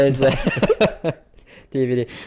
DVD